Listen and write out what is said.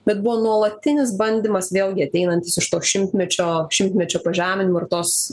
bet buvo nuolatinis bandymas vėlgi ateinantis iš to šimtmečio šimtmečio pažeminimo ir tos